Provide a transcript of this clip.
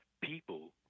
People